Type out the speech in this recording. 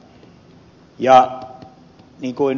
niin kuin ed